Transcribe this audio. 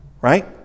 right